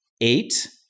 eight